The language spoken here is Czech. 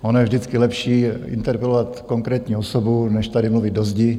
Ono je vždycky lepší interpelovat konkrétní osobu než tady mluvit do zdi.